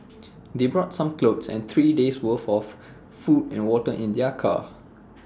they brought some clothes and three days' worth of food and water in their car